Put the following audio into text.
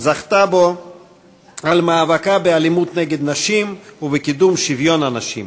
זכתה בו על מאבקה באלימות נגד נשים ובקידום שוויון הנשים.